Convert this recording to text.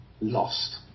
lost